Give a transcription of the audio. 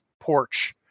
porch